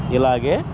ఇలాగే